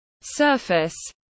surface